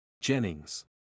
Jennings